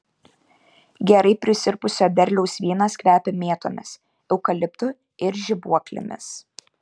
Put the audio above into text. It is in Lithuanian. gerai prisirpusio derliaus vynas kvepia mėtomis eukaliptu ir žibuoklėmis